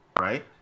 right